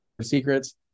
Secrets